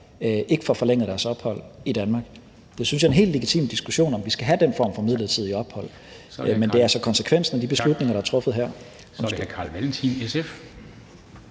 ikke får forlænget deres ophold i Danmark. Jeg synes, det er en helt legitim diskussion, om vi skal have den form for midlertidigt ophold, men det er altså konsekvensen af de beslutninger, der er truffet her. Kl. 13:13 Formanden